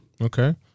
Okay